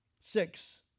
Six